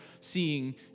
seeing